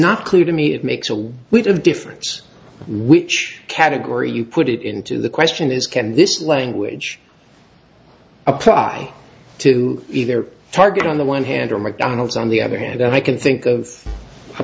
not clear to me it makes a lot of difference which category you put it into the question is can this language apply to either a target on the one hand or mcdonald's on the other hand i can think of a